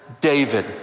David